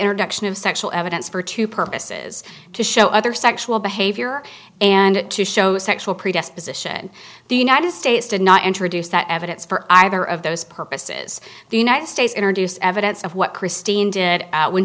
introduction of sexual evidence for two purposes to show other sexual behavior and to show sexual predisposition the united states did not introduce that evidence for either of those purposes the united states introduced evidence of what christine did when